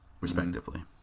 respectively